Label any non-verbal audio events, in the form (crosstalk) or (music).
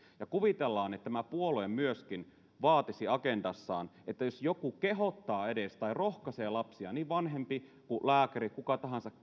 ja kuvitellaan että tämä puolue myöskin vaatisi agendassaan että jos joku kehottaa tai edes rohkaisee lapsia niin vanhempi kuin lääkäri kuka tahansa (unintelligible)